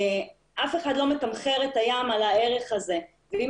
אף אחד לא מתמחר את הים על הערך הזה ואם